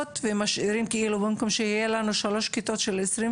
ומשאירים במקום שיהיה לנו שלוש כיתות של 25,